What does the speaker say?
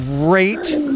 great